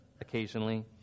occasionally